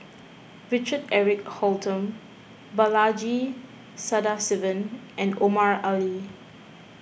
Richard Eric Holttum Balaji Sadasivan and Omar Ali